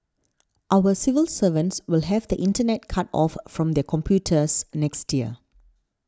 our civil servants will have the Internet cut off from their computers next year